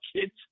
kids